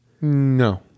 No